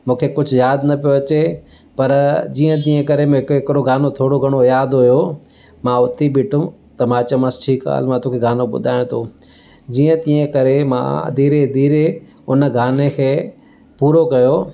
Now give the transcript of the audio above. मूंखे कुझु यादि न पियो अचे पर जीअं तीअं करे मूंखे हिकिड़ो गानो थोरो घणो यादि हुयो मां उथी ॿीठुमि त मां चयोमांसि ठीकु आहे हल मां तोखे गानो ॿुधायां थो जीअं तीअं करे मां धीरे धीरे उन गाने खे पूरो कयो